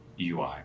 UI